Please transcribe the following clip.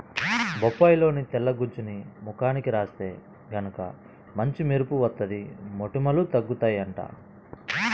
బొప్పాయిలోని తెల్లని గుజ్జుని ముఖానికి రాత్తే గనక మంచి మెరుపు వత్తది, మొటిమలూ తగ్గుతయ్యంట